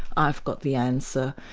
i've got the answer',